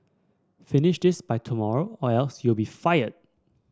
finish this by tomorrow or else you'll be fired